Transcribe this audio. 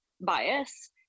bias